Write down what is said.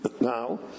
now